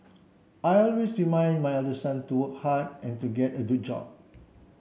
I always remind my elder son to work hard and to get a good job